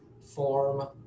form